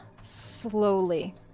slowly